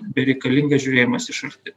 bereikalingas žiūrėjimas iš arti